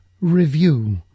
review